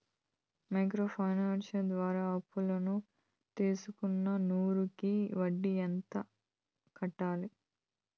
Micro finance ద్వారా అప్పును తీసుకున్న నూరు కి వడ్డీ ఎంత కట్టాలి?